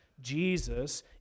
Jesus